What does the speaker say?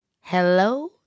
hello